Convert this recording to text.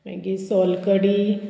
मागीर सोलकडी